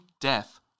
death